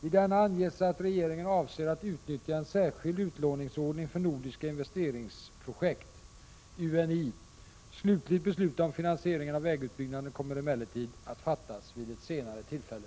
I denna anges att regeringen avser att utnyttja en särskild Utlåningsordning för Nordiska Investeringsprojekt . Slutligt beslut om finansieringen av vägutbyggnaden kommer emellertid att fattas vid ett senare tillfälle.